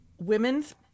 Women's